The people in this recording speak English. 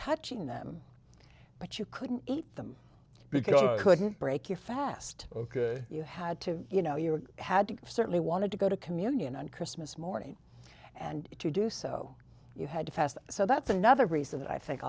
touching them but you couldn't eat them because you couldn't break your fast ok you had to you know you had to certainly wanted to go to communion on christmas morning and to do so you had to fast so that's another reason that i think